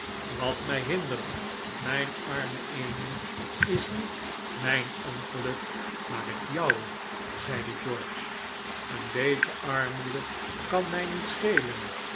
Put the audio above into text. wat mij hindert mijn arme emmy is niet mijn ongeluk maar het jouwe zeide george een beetje armoede kan mij niet schelen